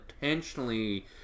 intentionally